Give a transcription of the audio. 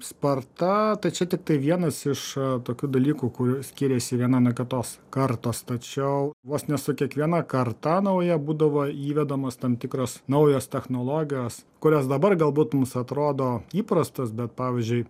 sparta tai čia tiktai vienas iš tokių dalykų kuriuo skiriasi viena nuo kitos kartos tačiau vos ne su kiekviena karta nauja būdavo įvedamos tam tikros naujos technologijos kurias dabar galbūt mums atrodo įprastos bet pavyzdžiui